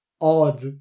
odd